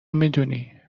میدونی